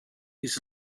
his